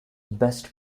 best